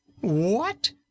What